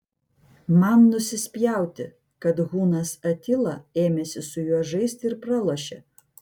man nusispjauti kad hunas atila ėmėsi su juo žaisti ir pralošė